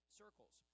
circles